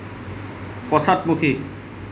পশ্চাদমুখী